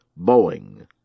boeing